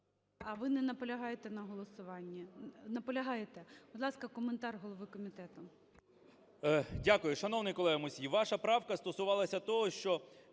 А ви не наполягаєте на голосуванні? Наполягаєте. Будь ласка, коментар голови комітету.